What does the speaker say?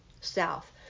south